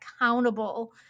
accountable